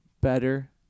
better